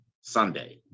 sunday